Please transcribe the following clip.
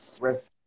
Rest